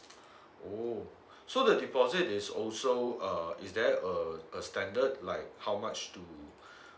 oh so the deposit is also uh is there a a standard like how much to